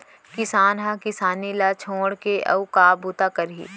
किसान ह किसानी ल छोड़ के अउ का बूता करही